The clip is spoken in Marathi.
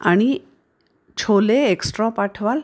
आणि छोले एक्स्ट्रा पाठवाल